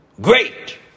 great